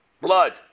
blood